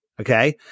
Okay